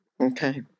Okay